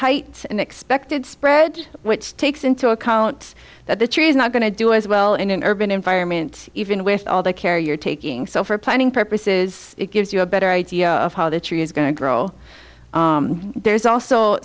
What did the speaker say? heights and expected spread which takes into account that the tree is not going to do as well in an urban environment even with all the care you're taking so for planning purposes it gives you a better idea of how the tree is going to grow there's also